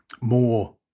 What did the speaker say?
more